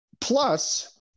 Plus